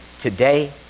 today